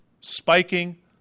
spiking